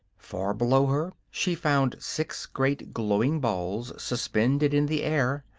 far below her she found six great glowing balls suspended in the air.